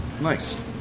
nice